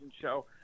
show